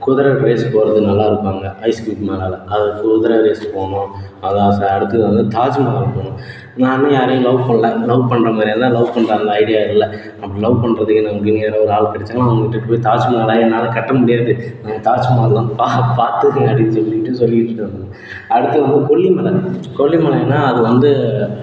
குதிரை ரேஸ் போகிறது நல்லாயிருக்கும் அங்கே ஐஸ் கீயூப் மேலே அது குதிரை ரேஸ் போகணும் அது ஆசை அடுத்தது வந்து தாஜ்மஹால் போகணும் நானும் யாரையும் லவ் பண்ணல லவ் பண்ணுற மாதிரியில்லா லவ் பண்ணுற அந்த ஐடியா இல்லை அப்படி லவ் பண்ணுறதுக்குனு நமக்குன்னு இங்கே ஒரு ஆள் கிடச்சாங்கனா கூட்டிகிட்டு போய் தாஜ்மஹாலாம் என்னால் கட்ட முடியாது வேணால் தாஜ்மஹாலாம் பார்த்துக்கங்கடின்னு சொல்லிட்டு சொல்லிடனும் அடுத்தது வந்து கொல்லிமலை கொல்லிமலை ஏன்னால் அது வந்து